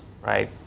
right